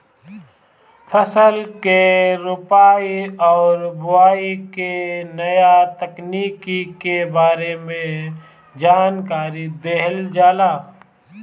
फसल के रोपाई और बोआई के नया तकनीकी के बारे में जानकारी देहल जाला